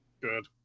Good